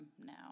now